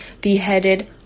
beheaded